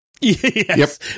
Yes